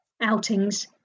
outings